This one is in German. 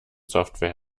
software